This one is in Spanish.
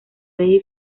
bay